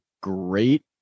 great